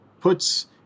puts